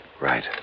Right